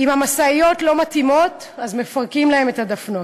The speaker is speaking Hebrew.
אם המשאיות לא מתאימות, אז מפרקים להן את הדפנות.